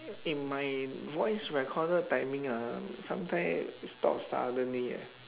eh my voice recorder timing ah sometime stop suddenly eh